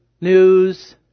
News